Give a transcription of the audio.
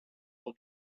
will